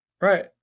Right